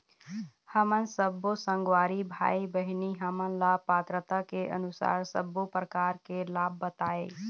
हमन सब्बो संगवारी भाई बहिनी हमन ला पात्रता के अनुसार सब्बो प्रकार के लाभ बताए?